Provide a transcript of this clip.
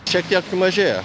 šiek tiek sumažėjo